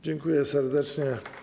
Dziękuję serdecznie.